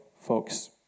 folks